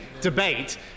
debate